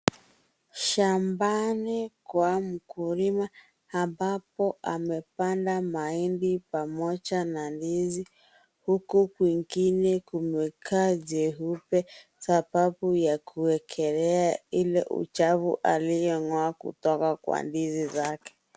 Shambani kwa mkulima ambapo amepanda mahindi pamoja na ndizi, huku kwingine kumekaa jeupe sababu ya kuwekelea ule uchafu aliong'oa kutoka kwa ndizi zake.